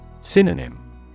Synonym